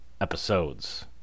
episodes